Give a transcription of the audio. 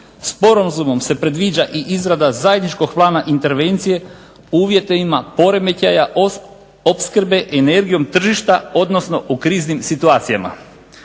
Sporazumom se predviđa i izrada zajedničkog plana intervencije u uvjetima poremećaja opskrbe energijom tržišta, odnosno u kriznim situacijama.